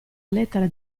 lettera